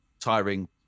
tiring